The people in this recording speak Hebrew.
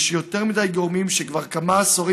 יש יותר מדי גורמים שכבר כמה עשורים